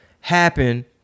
happen